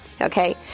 okay